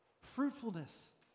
Fruitfulness